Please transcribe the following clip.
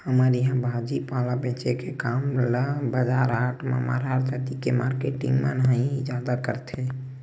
हमर इहाँ भाजी पाला बेंचे के काम ल बजार हाट म मरार जाति के मारकेटिंग मन ह ही जादा करथे